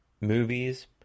movies